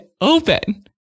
open